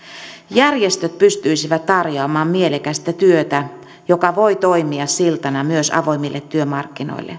järjestöt pystyisivät tarjoamaan mielekästä työtä joka voi toimia siltana myös avoimille työmarkkinoille